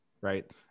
right